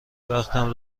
وقتم